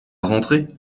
rentrer